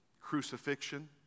crucifixion